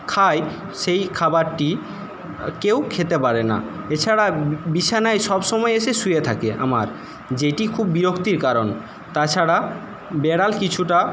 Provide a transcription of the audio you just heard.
খায় সেই খাবারটি কেউ খেতে পারেনা এছাড়া বিছানায় সবসময় এসে শুয়ে থাকে আমার যেটি খুব বিরক্তির কারণ তাছাড়া বিড়াল কিছুটা